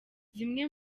zimwe